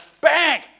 bang